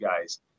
guys